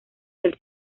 del